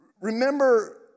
remember